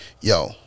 Yo